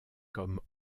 comme